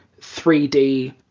3D